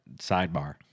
sidebar